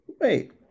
Wait